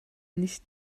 nicht